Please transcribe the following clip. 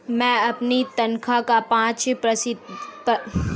मैं अपनी तनख्वाह का पाँच प्रतिशत हिस्सा म्यूचुअल फंड में निवेश करता हूँ